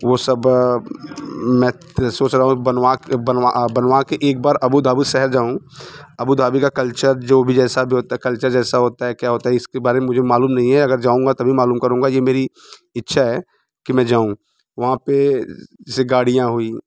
वो सब मैं सोच रहा हूँ बनवा के बनवा बनवा के एक बार आबू धाबी शहर जाऊँ आबू धाबी का कल्चर जो भी जैसा भी होता है कल्चर जैसा होता है क्या होता है इसके बारे में मुझे मालूम नहीं है अगर जाऊँगा तभी मालूम करूँगा ये मेरी इच्छा है कि मैं जाऊँ वहाँ पर जैसे गाड़ियाँ हुईं